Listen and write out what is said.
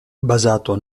basato